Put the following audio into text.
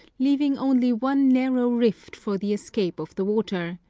leaving only one narrow rift for the escape of the water,